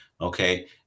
Okay